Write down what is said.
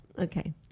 Okay